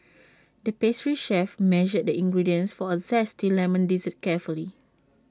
the pastry chef measured the ingredients for A Zesty Lemon Dessert carefully